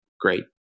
Great